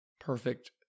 perfect